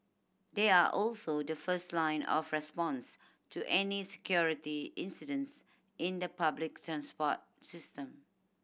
they are also the first line of response to any security incidents in the public transport system